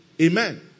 amen